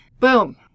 Boom